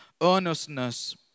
earnestness